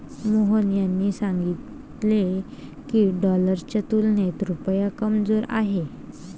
मोहन यांनी सांगितले की, डॉलरच्या तुलनेत रुपया कमजोर आहे